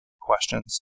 questions